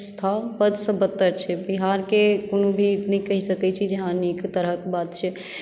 स्वास्थ्य व्यवस्था बद से बदतर छै बिहारके कोनो भी नहि कहि सकै छै जे हँ नीक तरहक बात छै